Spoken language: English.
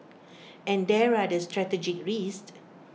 and there are the strategic risks